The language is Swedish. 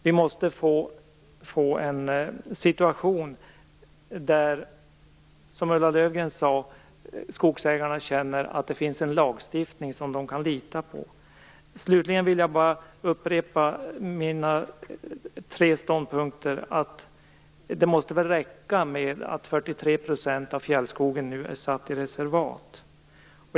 Som Ulla Löfgren sade måste skogsägarna kunna känna att det finns en lagstiftning som de kan lita på. Jag vill upprepa mina tre ståndpunkter. Det måste räcka med att 43 % av fjällskogen nu är satt i reservat.